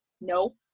No